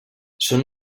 són